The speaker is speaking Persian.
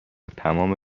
تمام